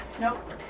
Nope